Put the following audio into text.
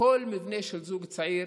כל מבנה של זוג צעיר